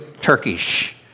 Turkish